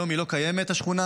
היום היא לא קיימת, השכונה.